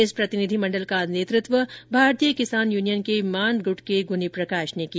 इस प्रतिनिधिमंडल का नेतृत्व भारतीय किसान यूनियन के मान गुर्ट के गुनी प्रकाश ने किया